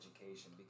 education